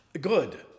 Good